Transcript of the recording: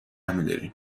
میداریم